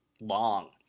long